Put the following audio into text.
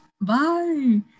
bye